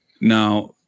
Now